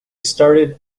started